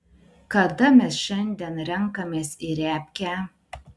kada mes šiandien renkamės į repkę